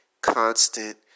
constant